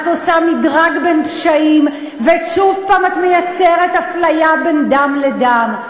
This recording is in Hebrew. את עושה מדרג בין פשעים ושוב את מייצרת אפליה בין דם לדם.